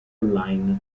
online